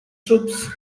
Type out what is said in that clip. troops